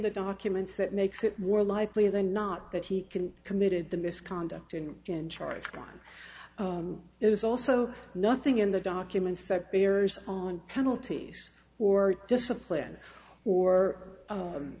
the documents that makes it more likely than not that he can committed the misconduct and in charge one there's also nothing in the documents that bears on penalties or discipline or